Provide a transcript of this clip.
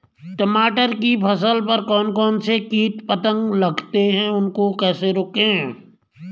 टमाटर की फसल पर कौन कौन से कीट पतंग लगते हैं उनको कैसे रोकें?